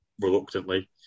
reluctantly